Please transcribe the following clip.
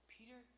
Peter